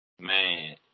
Man